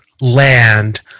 land